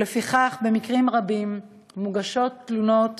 ולפיכך במקרים רבים מוגשות תלונות